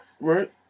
Right